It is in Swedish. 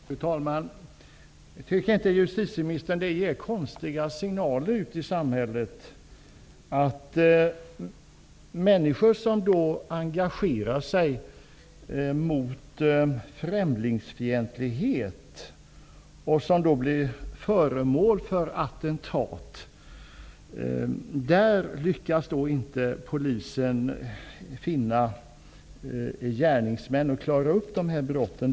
Fru talman! Tycker inte justitieministern att det ger konstiga signaler ut i samhället att polisen när det gäller människor som engagerar sig mot främlingsfientlighet och som blir utsatta för attentat inte lyckas finna gärningsmän och klara upp brotten?